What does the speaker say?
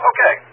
Okay